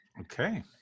Okay